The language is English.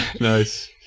nice